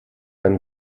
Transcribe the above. einen